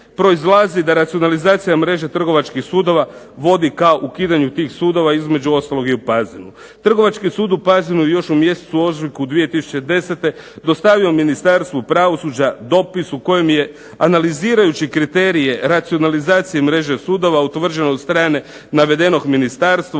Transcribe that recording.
proizlazi da racionalizacija mreže trgovačkih sudova vodi ka ukidanju tih sudova, između ostalog i u Pazinu. Trgovački sud u Pazinu je još u mjesecu ožujku 2010. dostavio Ministarstvu pravosuđa dopis u kojem je analizirajući kriterije racionalizacije mreže sudova utvrđeno od strane navedenog ministarstva